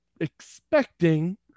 expecting